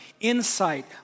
insight